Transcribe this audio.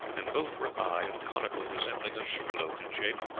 and both were high and conical, resembling a sugar-loaf in shape.